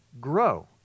grow